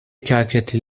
كعكة